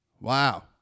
Wow